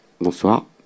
bonsoir